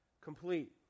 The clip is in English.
complete